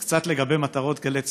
אז קצת לגבי מטרות גלי צה"ל.